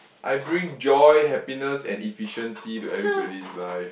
I bring joy happiness and efficiency to everybody's life